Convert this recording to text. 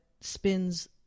spins